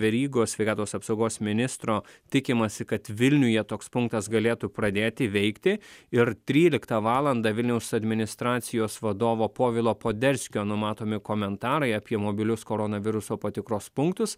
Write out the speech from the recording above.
verygos sveikatos apsaugos ministro tikimasi kad vilniuje toks punktas galėtų pradėti veikti ir tryliktą valandą vilniaus administracijos vadovo povilo poderskio numatomi komentarai apie mobilius koronaviruso patikros punktus